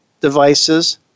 devices